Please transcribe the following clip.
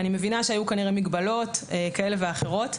אני מבינה שהיו כנראה מגבלות כאלו ואחרות,